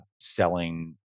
selling